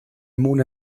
mona